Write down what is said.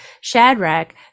Shadrach